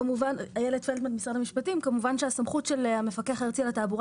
כמובן שהסמכות של המפקח על התעבורה